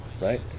right